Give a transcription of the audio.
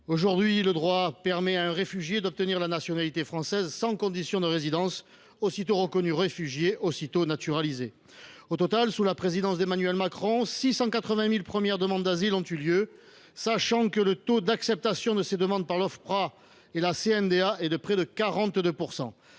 droit en vigueur permet à un réfugié d’obtenir la nationalité française sans condition de résidence. Aussitôt reconnu réfugié, aussitôt naturalisé ! Au total, sous la présidence d’Emmanuel Macron, 680 000 premières demandes d’asile ont eu lieu, sachant que le taux d’acceptation de ces demandes par l’Office français de protection